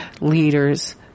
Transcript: leaders